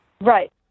Right